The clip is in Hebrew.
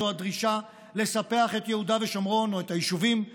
זו הדרישה לספח את יהודה ושומרון או את היישובים היהודיים.